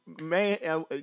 man